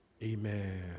Amen